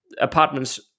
apartments